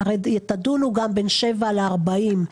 הרי תדונו בין שבעה ל-40 קילומטר.